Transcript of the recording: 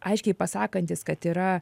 aiškiai pasakantys kad yra